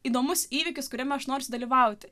įdomus įvykis kuriame aš noriu sudalyvauti